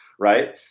Right